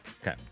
Okay